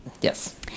Yes